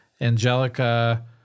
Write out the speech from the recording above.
Angelica